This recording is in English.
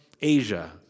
Asia